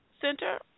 Center